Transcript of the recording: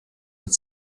had